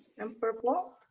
and purple.